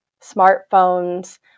smartphones